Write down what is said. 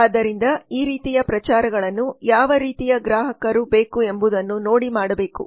ಆದ್ದರಿಂದ ಈ ರೀತಿಯ ಪ್ರಚಾರಗಳನ್ನು ಯಾವ ರೀತಿಯ ಗ್ರಾಹಕರು ಬೇಕು ಎಬುದನ್ನು ನೋಡಿ ಮಾಡಬೇಕು